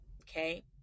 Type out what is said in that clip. okay